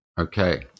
Okay